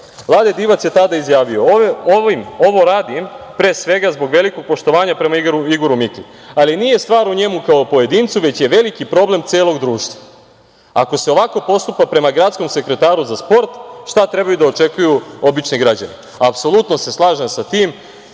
Divac je tada izjavio: „Ovo radim, pre svega, zbog velikog poštovanja prema Igoru Miklji, ali nije stvar u njemu kao pojedincu, već je veliki problem celog društva. Ako se ovako postupa prema gradskom sekretaru za sport, šta treba da očekuju obični građani? Apsolutno se slažem sa tim